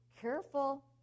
careful